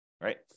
Right